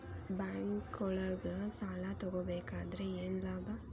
ಬ್ಯಾಂಕ್ನೊಳಗ್ ಸಾಲ ತಗೊಬೇಕಾದ್ರೆ ಏನ್ ಲಾಭ?